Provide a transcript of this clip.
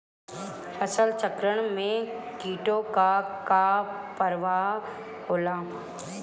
फसल चक्रण में कीटो का का परभाव होला?